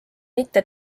mitte